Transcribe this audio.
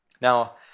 Now